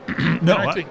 No